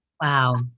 Wow